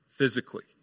Physically